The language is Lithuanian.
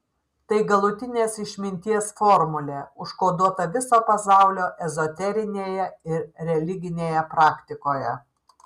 tai galutinės išminties formulė užkoduota viso pasaulio ezoterinėje ir religinėje praktikoje